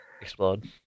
Explode